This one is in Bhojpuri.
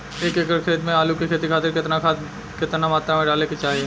एक एकड़ खेत मे आलू के खेती खातिर केतना खाद केतना मात्रा मे डाले के चाही?